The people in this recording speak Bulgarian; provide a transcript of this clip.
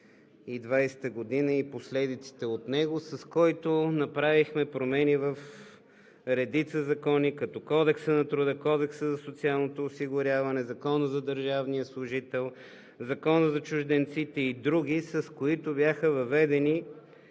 и последиците от него, с който направихме промени в редица закони, като Кодекса на труда, Кодекса за социалното осигуряване, Закона за държавния служител, Закона за чужденците и други. Бяха въведени